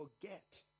forget